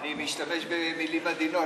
אני משתמש במילים עדינות,